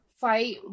fight